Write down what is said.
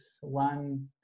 one